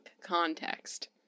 context